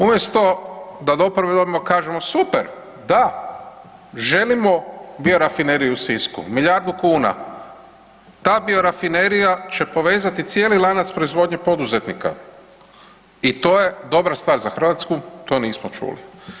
Umjesto da … [[govornik se ne razumije]] kažemo super, da, želimo biorafineriju u Sisku, milijardu kuna, ta bi rafinerija, će povezati cijeli lanac proizvodnje poduzetnika i to je dobra stvar za Hrvatsku, to nismo čuli.